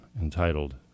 entitled